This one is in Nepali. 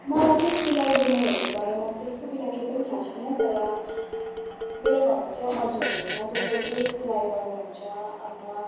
मलाई चाहिँ सिलाइबुनाइहरूको बारेमा त्यस्तो बिना केही पनि थाह छैन तर मेरो घरमा चाहिँ अजी हुनुहुन्छ जसले चाहिँ सिलाइ गर्नुहुन्छ अन्त